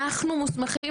אנחנו מוסמכים,